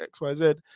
XYZ